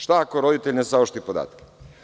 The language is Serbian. Šta ako roditelj ne saopšti podatke?